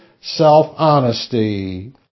self-honesty